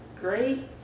great